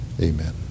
Amen